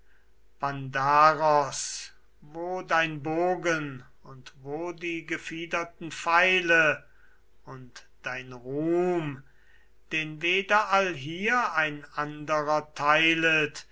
wo dein bogen und wo die gefiederten pfeile und dein ruhm den weder allhier ein anderer teilet